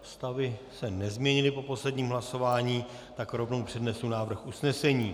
Stavy se nezměnily po posledním hlasování, tak rovnou přednesu návrh usnesení.